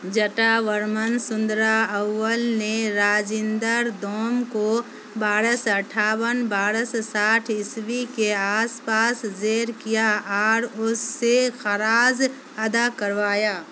جٹا ورمن سندرا اول نے راجیندر دوم کو بارہ سو اٹھاون بارہ سو ساٹھ عیسوی کے آس پاس زیر کیا اور اس سے خراج ادا کروایا